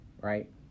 right